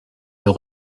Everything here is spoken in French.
veut